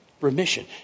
remission